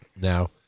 now